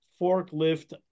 forklift